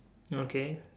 okay